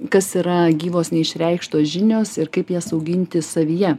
kas yra gyvos neišreikštos žinios ir kaip jas auginti savyje